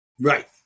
Right